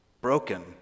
broken